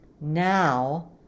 Now